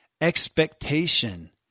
expectation